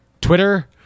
twitter